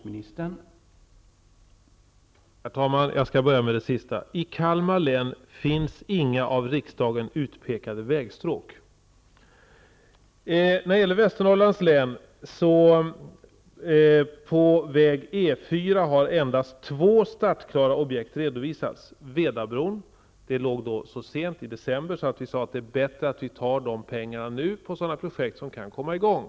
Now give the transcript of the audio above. Herr talman! Jag skall börja med det sista. I Kalmar län finns inga av riksdagen utpekade vägstråk. När det gäller Västernorrlands län har för väg E 4 endast två startklara objekt redovisats. Det ena är Vedabron. Det projektet låg så sent i december att vi sade att det var bättre att nu använda de pengarna till projekt som kan komma i gång.